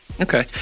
okay